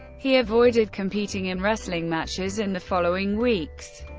he avoided competing in wrestling matches in the following weeks,